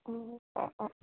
অ' অ' অ'